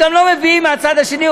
גם לא מביאים מהצד השני,